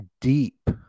deep